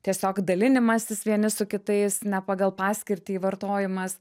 tiesiog dalinimasis vieni su kitais ne pagal paskirtį vartojimas